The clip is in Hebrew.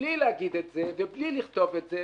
בלי להגיד את זה ובלי לכתוב את זה,